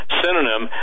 synonym